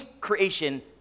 creation